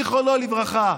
זיכרונו לברכה.